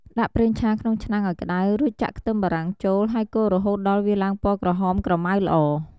ដាក់ប្រេងឆាក្នុងឆ្នាំងឱ្យក្ដៅ រួចចាក់ខ្ទឹមបារាំងចូល ហើយកូររហូតដល់វាឡើងពណ៌ក្រហមក្រម៉ៅល្អ។